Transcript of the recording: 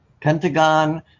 Pentagon